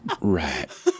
Right